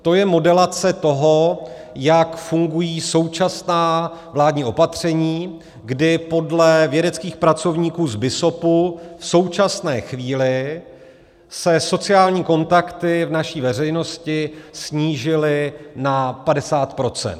To je modelace toho, jak fungují současná vládní opatření, kdy podle vědeckých pracovníků z BISOP v současné chvíli se sociální kontakty v naší veřejnosti snížily na 50 %.